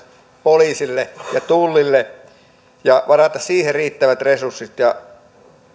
poliisille ja tullille ja eikö pitäisi varata siihen riittävät resurssit ja